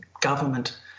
government